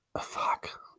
fuck